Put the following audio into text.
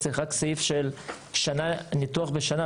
צריך רק את הסעיף של ניתוח בשנה,